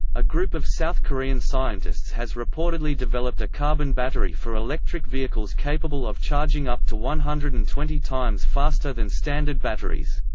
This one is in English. a group of south korean scientists has reportedly developed a carbon battery for electric vehicles capable of charging up to one hundred and twenty times faster than standard batteries.